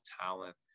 talent